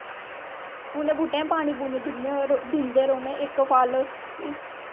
उनैं बूह्टें पानी पूनी दिन्ने और दींदे रौह्ने इक्क फल